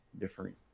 different